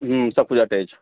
سب پوجا ٹیج